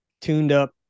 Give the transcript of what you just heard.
tuned-up